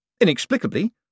Inexplicably